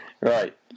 Right